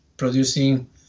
producing